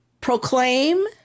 proclaim